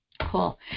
Cool